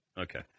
Okay